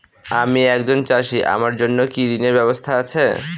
আমি একজন চাষী আমার জন্য কি ঋণের ব্যবস্থা আছে?